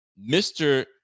Mr